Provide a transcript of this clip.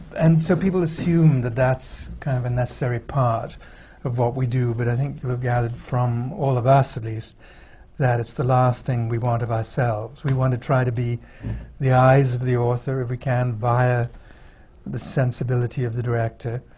and so people assume that that's kind of a necessary part of what we do. but i think that we've gathered from all of us least that it's the last thing we want of ourselves. we want to try to be the eyes of the author, if we can, via the sensibility of the director.